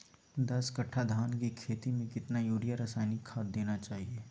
दस कट्टा धान की खेती में कितना यूरिया रासायनिक खाद देना चाहिए?